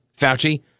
Fauci